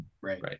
right